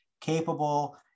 capable